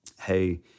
hey